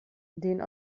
den